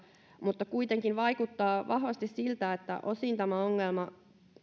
mutta kuitenkin vaikuttaa vahvasti siltä että osin tämä ongelma